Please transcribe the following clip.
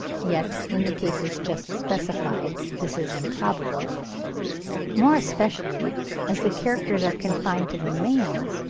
yet in the cases just specified this is improbable more especially as the characters are confined to the males,